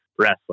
wrestling